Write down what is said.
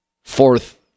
Fourth